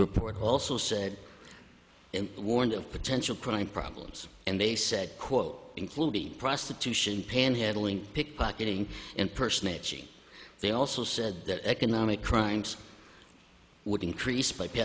report also said and warned of potential crime problems and they said quote including prostitution pan handling pickpocketing impersonating they also said that economic crimes would increase b